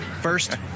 first